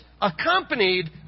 accompanied